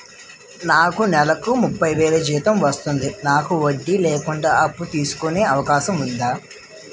నాకు నేలకు ముప్పై వేలు జీతం వస్తుంది నాకు వడ్డీ లేకుండా అప్పు తీసుకునే అవకాశం ఉందా